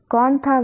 कौन था वो